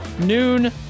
noon